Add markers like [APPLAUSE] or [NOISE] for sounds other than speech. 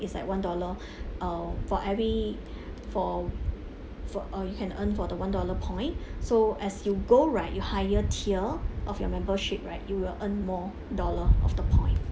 it's like one dollar [BREATH] um for every for for uh you can earn for the one dollar point [BREATH] so as you go right you higher tier of your membership right you will earn more dollar of the point